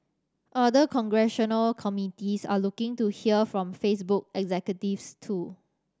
other congressional committees are looking to hear from Facebook executives too